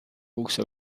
also